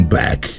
back